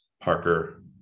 Parker